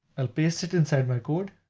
i'll paste it inside my code,